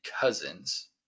Cousins